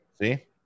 See